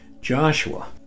joshua